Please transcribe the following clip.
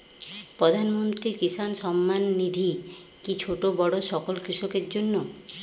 প্রধানমন্ত্রী কিষান সম্মান নিধি কি ছোটো বড়ো সকল কৃষকের জন্য?